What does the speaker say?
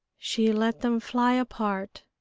she let them fly apart,